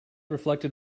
reflected